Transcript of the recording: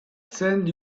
send